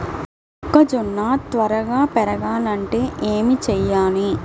మొక్కజోన్న త్వరగా పెరగాలంటే ఏమి చెయ్యాలి?